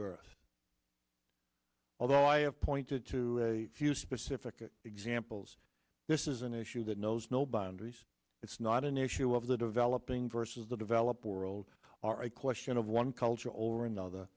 birth although i have pointed to a few specific examples this is an issue that knows no boundaries it's not an issue of the developing versus the developed world are a question of one culture over anothe